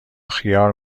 خیار